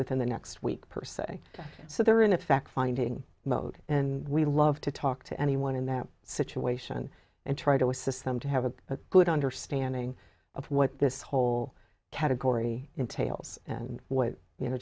within the next week per se so they're in effect finding mode and we love to talk to anyone in that situation and try to assist them to have a good understanding of what this whole category entails and what you know